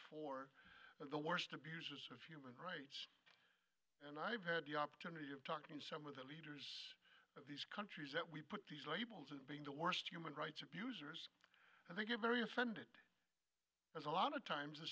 for the worst abuses of human rights and i've had the opportunity of talking to some of the leaders of these countries that we put these labels as being the worst human rights abusers and they get very offended as a lot of times the